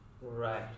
Right